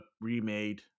remade